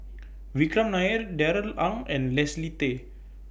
Vikram Nair Darrell Ang and Leslie Tay